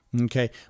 Okay